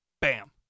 bam